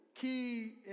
key